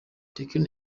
tekno